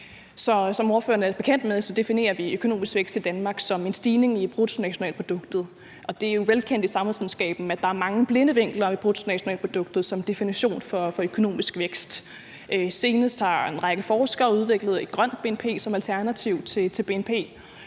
er ordføreren bekendt, definerer vi i Danmark økonomisk vækst som en stigning i bruttonationalproduktet, og det er jo velkendt i samfundsvidenskaben, at der er mange blinde vinkler i bruttonationalproduktet som definition for økonomisk vækst. Senest har en række forskere udviklet et grønt bnp som alternativ til bnp,